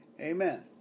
Amen